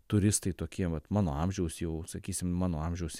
turistai tokie vat mano amžiaus jau sakysim mano amžiaus